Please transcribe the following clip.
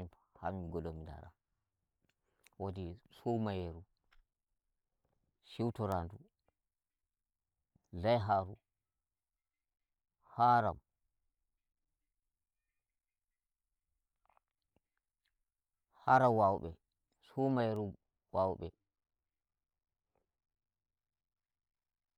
Ro ha mi ngodo mi ndara wodi sumaye rushuto ra ndu laiharu haram haram, haram wawe be samairu wawe?e